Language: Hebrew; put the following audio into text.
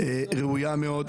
ראויה מאוד.